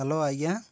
hello ଆଜ୍ଞା